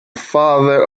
father